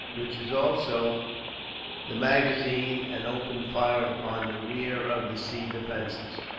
which is also the magazine, and opened fire upon the rear of the sea defences.